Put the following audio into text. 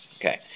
Okay